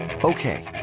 Okay